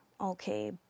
okay